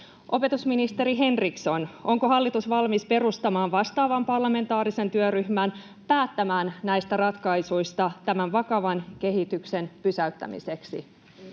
Opetusministeri Henriksson, onko hallitus valmis perustamaan vastaavan parlamentaarisen työryhmän päättämään näistä ratkaisuista tämän vakavan kehityksen pysäyttämiseksi?